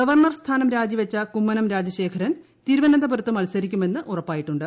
governor സ്ഥാനം രാജിവച്ച കുമ്മനം രാജശേഖരൻ തിരുവനന്തപുരത്ത് മത്സരിക്കുമെന്ന് ഉറപ്പായിട്ടുണ്ട്